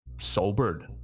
sobered